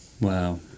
Wow